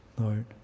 Lord